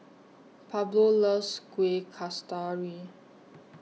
Pablo loves Kuih Kasturi